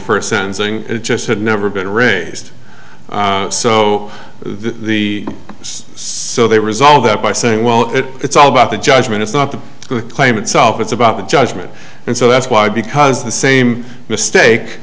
first sentencing it just had never been raised so the so they resolve that by saying well it it's all about the judgment it's not the claim itself it's about the judgment and so that's why because the same mistake